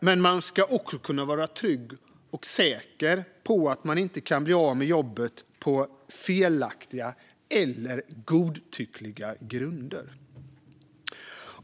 Men man ska också kunna vara trygg med och säker på att man inte kan bli av med jobbet på felaktiga eller godtyckliga grunder.